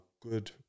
good